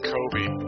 Kobe